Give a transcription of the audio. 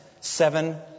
seven